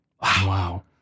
Wow